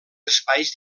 espais